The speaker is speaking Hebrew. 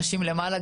נשים למעלה,